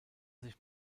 sich